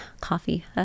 coffee